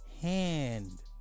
hand